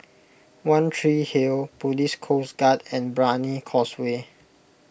one Tree Hill Police Coast Guard and Brani Causeway